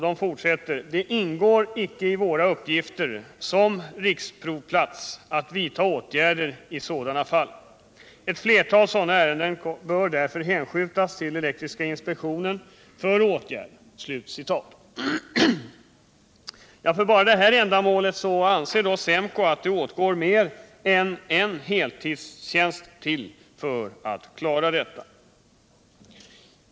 Det ingår icke i våra uppgifter som riksprovplats att vidta åtgärder i sådana fall. Ett flertal sådana ärenden bör därför hänskjutas till Elektriska Inspektionen för åtgärd.” För bara detta ändamål anser SEMKO att det åtgår mer än en heltidstjänst.